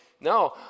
No